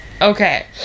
okay